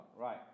right